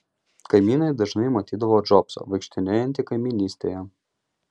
kaimynai dažnai matydavo džobsą vaikštinėjantį kaimynystėje